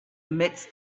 midst